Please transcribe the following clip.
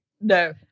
no